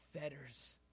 fetters